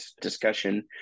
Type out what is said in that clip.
discussion